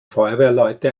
feuerwehrleute